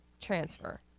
transfer